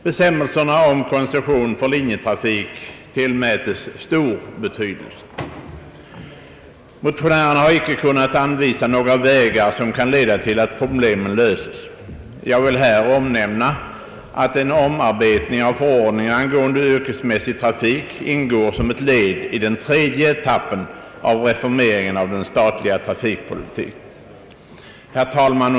Bestämmelserna om koncession för linjetrafik tillmäts stor betydelse. Motionärerna har icke kunnat anvisa några vägar som kan leda till att problemen löses. Jag vill här omnämna att en omarbetning av förordningen angående yrkesmässig trafik ingår som ett led i den tredje etappen av reformeringen av den statliga trafikpolitiken.